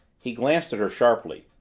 he glanced at her sharply.